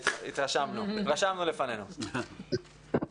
רשמנו לפנינו...